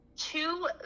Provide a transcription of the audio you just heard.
Two